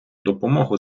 допомогу